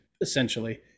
essentially